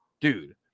dude